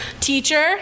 teacher